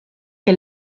que